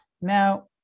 now